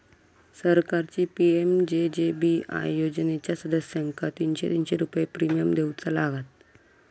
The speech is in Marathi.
सरकारची पी.एम.जे.जे.बी.आय योजनेच्या सदस्यांका तीनशे तीनशे रुपये प्रिमियम देऊचा लागात